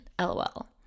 lol